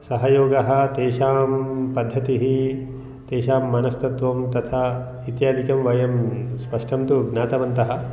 सहयोगः तेषां पद्धतिः तेषां मनस्तत्वं तथा इत्यादिकं वयं स्पष्टं तु ज्ञातवन्तः